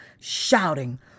shouting